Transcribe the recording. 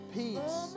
peace